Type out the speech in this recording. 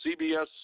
CBS